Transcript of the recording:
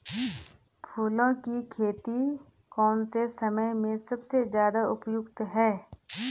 फूलों की खेती कौन से समय में सबसे ज़्यादा उपयुक्त है?